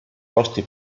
posti